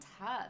tough